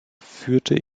führte